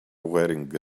wearing